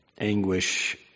anguish